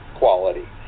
quality